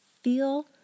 Feel